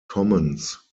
commons